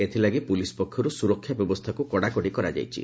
ଏଥଲାଗି police ପକ୍ଷର୍ ସ୍ବରକ୍ଷା ବ୍ୟବସ୍ତାକୁ କଡ଼ାକଡ଼ି କରାଯାଇଛି